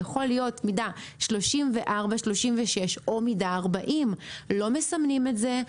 יכול להיות מידה 34-36 או מידה 40. לא מסמנים את זה,